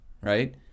right